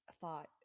thought